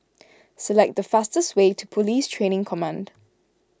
select the fastest way to Police Training Command